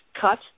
cut